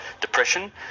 depression